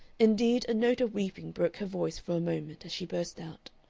indeed, a note of weeping broke her voice for a moment as she burst out,